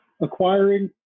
acquiring